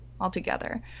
altogether